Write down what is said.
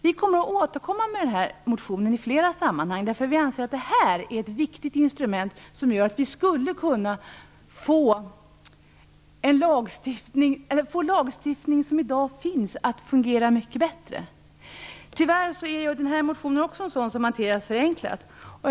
Vi kommer att återkomma med den här motionen i flera sammanhang, eftersom vi anser att det här är ett viktigt instrument som gör att vi skulle kunna få den lagstiftning som i dag finns att fungera mycket bättre. Tyvärr är även denna motion en sådan som har hanterats förenklat.